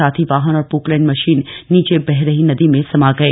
साथ ही वाहन और पोकलैंड मशीन नीचे बह रही नदी में समा गए